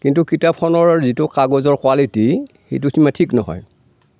কিন্তু কিতাপখনৰ যিটো কাগজৰ কুৱালিটি সেইটো সিমান ঠিক নহয়